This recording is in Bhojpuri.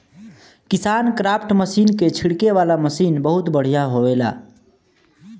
किसानक्राफ्ट मशीन के छिड़के वाला मशीन बहुत बढ़िया होएला